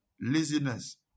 Laziness